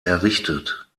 errichtet